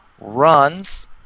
runs